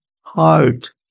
heart